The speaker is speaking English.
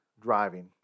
driving